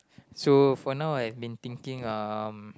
so for now I've been thinking um